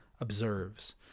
observes